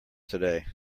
today